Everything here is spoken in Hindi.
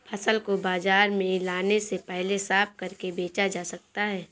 फसल को बाजार में लाने से पहले साफ करके बेचा जा सकता है?